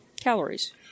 Calories